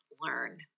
learn